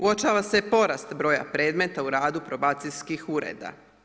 Uočava se porast broja predmeta u radu probacijskih ureda.